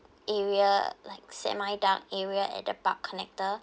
area like semi-dark area at the park connector